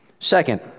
Second